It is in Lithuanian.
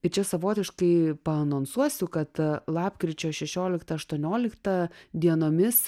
ir čia savotiškai paanonsuosiu kad lapkričio šešioliktą aštuonioliktą dienomis